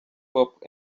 hop